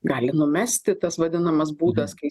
gali numesti tas vadinamas būdas kai